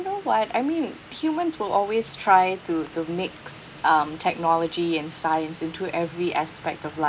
know what I mean humans will always try to to to mix um technology and science into every aspect of